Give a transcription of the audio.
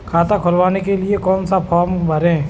खाता खुलवाने के लिए कौन सा फॉर्म भरें?